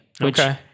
Okay